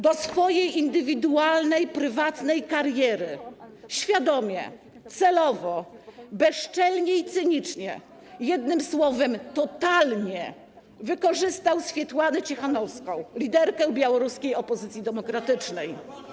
Do swojej indywidualnej, prywatnej kariery świadomie, celowo, bezczelnie i cynicznie, jednym słowem, totalnie wykorzystał Swiatłanę Cichanouską, liderkę białoruskiej opozycji demokratycznej.